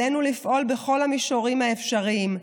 עלינו לפעול בכל המישורים האפשריים,